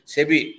Sebi